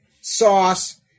sauce